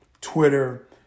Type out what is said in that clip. Twitter